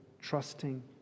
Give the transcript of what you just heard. trusting